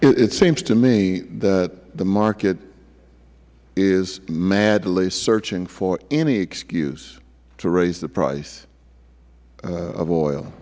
cleaver it seems to me that the market is madly searching for any excuse to raise the price of oil